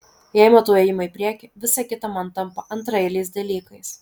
jei matau ėjimą į priekį visa kita man tampa antraeiliais dalykais